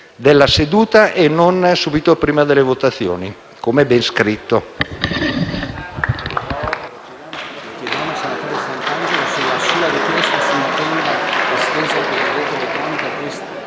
della seduta e non subito prima delle votazioni, come ben scritto